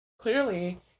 clearly